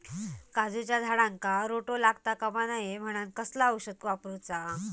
काजूच्या झाडांका रोटो लागता कमा नये म्हनान कसला औषध वापरूचा?